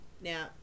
Now